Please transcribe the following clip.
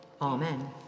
Amen